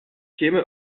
käme